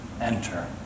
enter